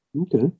okay